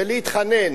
ולהתחנן